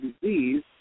disease